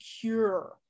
cure